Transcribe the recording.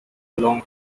long